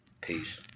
Peace